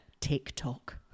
TikTok